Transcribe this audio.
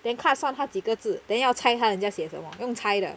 then 看算他几个字 then 要猜他人家写什么用猜的